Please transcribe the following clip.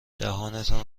دهانتان